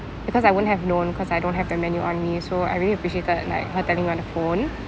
because I won't have known because I don't have the menu on me so I really appreciated and like her telling me on the phone